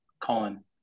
Colin